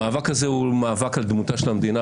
המאבק הזה הוא מאבק על דמותה של המדינה.